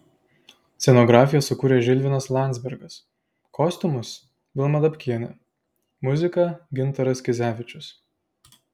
scenografiją sukūrė žilvinas landzbergas kostiumus vilma dabkienė muziką gintaras kizevičius